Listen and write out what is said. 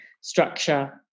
structure